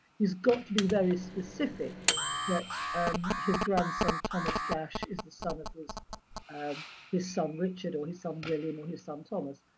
he's got to be very specific that his grandson, thomas gash, is the son of his um his son richard, or his son william, or his son thomas,